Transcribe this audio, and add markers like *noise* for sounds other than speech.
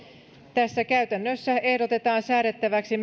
tässä käytännössä ehdotetaan säädettäväksi *unintelligible*